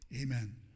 Amen